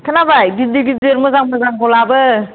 खोनाबाय गिदिर गिदिर मोजां मोजांखौ लाबो